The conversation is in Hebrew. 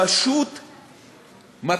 זה פשוט מתן,